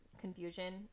confusion